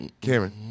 Cameron